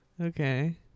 Okay